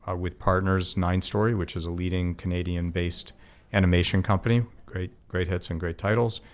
ah with partners, nine story, which is a leading canadian based animation company. great great hits and great titles,